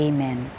Amen